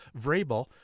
Vrabel